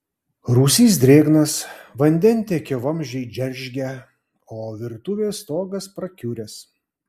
rūsys drėgnas vandentiekio vamzdžiai džeržgia o virtuvės stogas prakiuręs